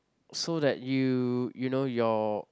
so that you you know your